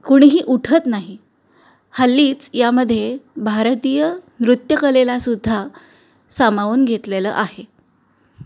कोणीही उठत नाही हल्लीच यामध्ये भारतीय नृत्यकलेलासुद्धा सामावून घेतलेलं आहे